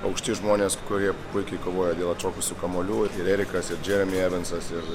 aukšti žmonės kurie puikiai kovoja dėl atšokusių kamuolių ir erikas ir džeremi evansas ir